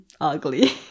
ugly